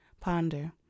Ponder